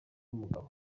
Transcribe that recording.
umugabo